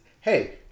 hey